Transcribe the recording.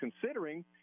considering